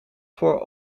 voor